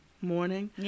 morning